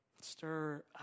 Stir